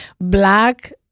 black